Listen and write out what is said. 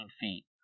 feet